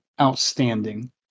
outstanding